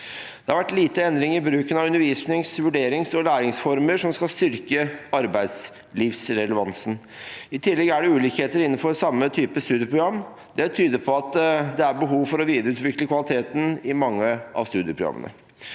Det har vært lite endring i bruken av undervisnings, vurderings- og læringsformer som skal styrke arbeidslivsrelevansen. I tillegg er det ulikheter innenfor samme type studieprogram. Det tyder på at det er behov for å videreutvikle kvaliteten i mange av studieprogrammene.